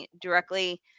directly